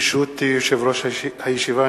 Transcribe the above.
ברשות יושב-ראש הישיבה,